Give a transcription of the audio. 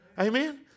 amen